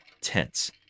tense